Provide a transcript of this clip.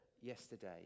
yesterday